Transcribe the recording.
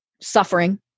suffering